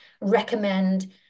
recommend